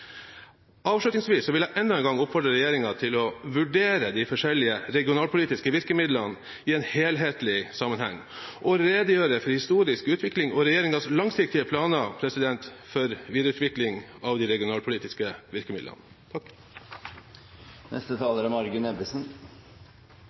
Avslutningsvis vil jeg enda en gang oppfordre regjeringen til å vurdere de forskjellige regionalpolitiske virkemidlene i en helhetlig sammenheng og redegjøre for historisk utvikling og regjeringens langsiktige planer for videreutvikling av de regionalpolitiske virkemidlene.